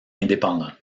indépendant